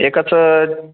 एकाचं